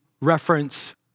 reference